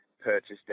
purchased